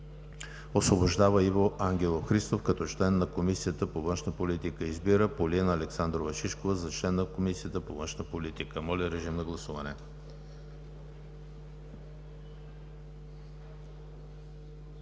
Освобождава Иво Ангелов Христов като член на Комисията по външна политика. 2. Избира Полина Александрова Шишкова за член на Комисията по външна политика.“ Моля, режим на гласуване.